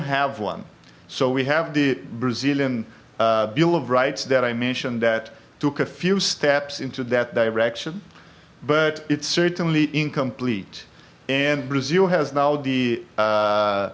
have one so we have the brazilian bill of rights that i mentioned that took a few steps into that direction but it's certainly incomplete and brazil has now the